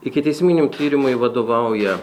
ikiteisminiam tyrimui vadovauja